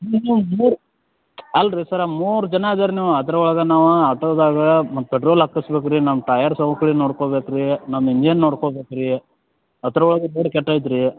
ಅಲ್ಲ ರೀ ಸರ್ರ ಮೂರು ಜನ ಇದೀರ ನೀವು ಅದ್ರೊಳಗೆ ನಾವೇ ಆಟೋದಾಗೆ ಮತ್ತೆ ಪೆಟ್ರೋಲ್ ಹಾಕ್ಕಸ್ಬೇಕ್ ರೀ ನಮ್ಮ ಟಯರ್ ಸವ್ಕಳಿ ನೋಡ್ಕೋಬೇಕು ರೀ ನಮ್ಮ ಇಂಜನ್ ನೋಡ್ಕೋಬೇಕು ರೀ ಅದ್ರೊಳಗೆ ಕೆಟ್ಟೋಯ್ತು ರೀ